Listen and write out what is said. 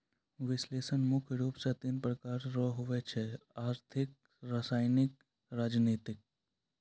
विश्लेषण मुख्य रूप से तीन प्रकार रो हुवै छै आर्थिक रसायनिक राजनीतिक